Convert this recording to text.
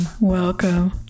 welcome